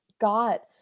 got